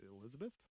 Elizabeth